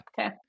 Okay